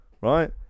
Right